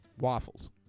Waffles